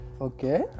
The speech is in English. Okay